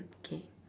K